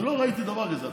לא ראיתי דבר כזה.